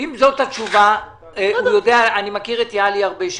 אני מכיר את יהלי רוטנברג הרבה שנים,